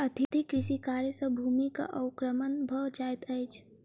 अधिक कृषि कार्य सॅ भूमिक अवक्रमण भ जाइत अछि